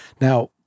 Now